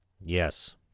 Yes